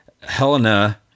Helena